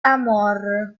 amor